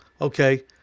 Okay